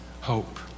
hope